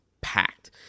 packed